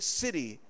city